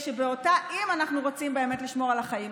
אם אנחנו רוצים באמת לשמור על החיים,